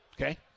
okay